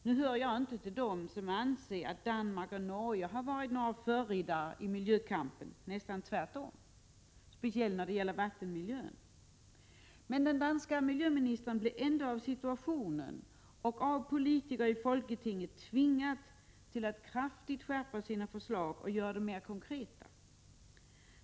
Nu hör jag inte till dem som anser att Danmark och Norge har varit några förridare i miljökampen — det är snarare tvärtom, speciellt när det gäller vattenmiljön. Men den danske miljöministern blev tvingad av situationen och av politiker i Folketinget att kraftigt skärpa sina förslag och göra dem mer konkreta.